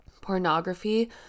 pornography